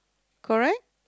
correct